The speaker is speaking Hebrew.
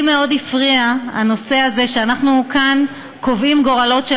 לי מאוד הפריע הנושא הזה שאנחנו קובעים כאן גורלות של